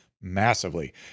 massively